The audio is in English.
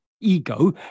ego